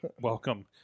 Welcome